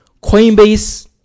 Coinbase